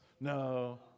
no